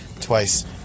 twice